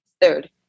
Third